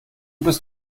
bist